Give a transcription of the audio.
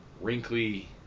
Wrinkly